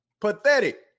pathetic